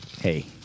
hey